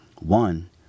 One